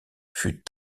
fut